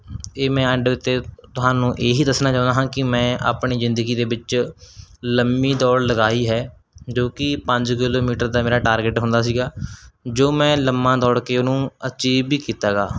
ਇਹ ਮੈਂ ਐਂਡ ਉੱਤੇ ਤੁਹਾਨੂੰ ਇਹੀ ਦੱਸਣਾ ਚਾਹੁੰਦਾ ਹਾਂ ਕਿ ਮੈਂ ਆਪਣੀ ਜ਼ਿੰਦਗੀ ਦੇ ਵਿੱਚ ਲੰਮੀ ਦੌੜ ਲਗਾਈ ਹੈ ਜੋ ਕਿ ਪੰਜ ਕਿਲੋਮੀਟਰ ਦਾ ਮੇਰਾ ਟਾਰਗੇਟ ਹੁੰਦਾ ਸੀਗਾ ਜੋ ਮੈਂ ਲੰਮਾ ਦੌੜ ਕੇ ਉਹਨੂੰ ਅਚੀਬ ਵੀ ਕੀਤਾ ਹੈਗਾ